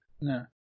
No